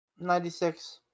96